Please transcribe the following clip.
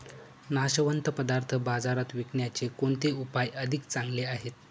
नाशवंत पदार्थ बाजारात विकण्याचे कोणते उपाय अधिक चांगले आहेत?